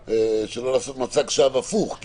שלא לעשות מצג שווא הפוך,